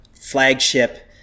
flagship